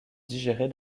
digérer